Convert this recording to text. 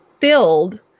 filled